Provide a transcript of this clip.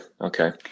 okay